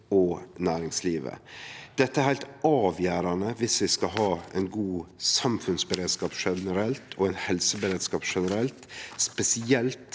og næringslivet. Dette er heilt avgjerande om vi skal ha god samfunnsberedskap og helseberedskap generelt. Spesielt